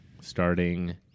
Starting